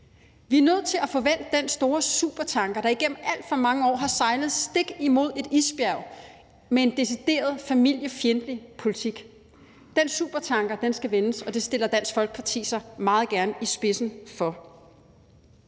Vi er nødt til at få vendt den store supertanker, der igennem alt for mange år har sejlet stik mod et isbjerg med en decideret familiefjendtlig politik. Den supertanker skal vendes, og det stiller Dansk Folkeparti sig meget gerne i spidsen for.